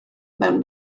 mewn